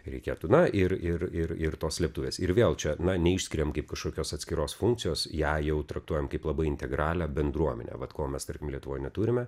reikėtų na ir ir ir ir tos slėptuvės ir vėl čia na neišskiriam kaip kažkokios atskiros funkcijos ją jau traktuojam kaip labai integralią bendruomenę vat ko mes tarkim lietuvoj neturime